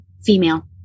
female